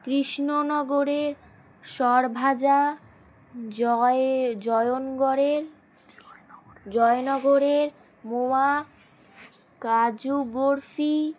কৃষ্ণনগরের সরভাজা জয় জয়নগড়ের জয়নগরের মোয়া কাজু বরফি